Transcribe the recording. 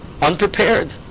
unprepared